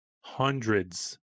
hundreds